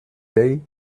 day